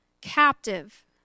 captive